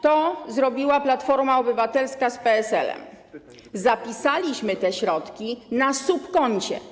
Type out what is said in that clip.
To zrobiła Platforma Obywatelska z PSL-em, zapisaliśmy te środki na subkoncie.